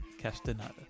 Castaneda